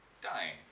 dying